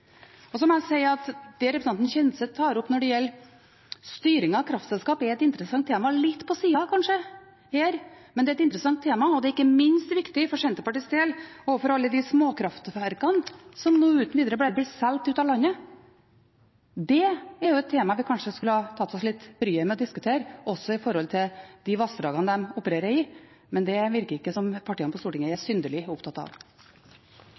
Det representanten Kjenseth tar opp når det gjelder styring av kraftselskap, er et interessant tema – kanskje litt på sida her, men det er et interessant tema. Det er ikke minst viktig for Senterpartiets del når det gjelder alle de småkraftverkene som nå uten videre bare blir solgt ut av landet. Det er et tema vi kanskje skulle tatt oss bryet med å diskutere, også i forhold til de vassdragene de opererer i. Men det virker det ikke som partiene på Stortinget er synderlig opptatt av.